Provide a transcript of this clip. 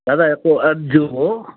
दादा एको अर्ज़ु हो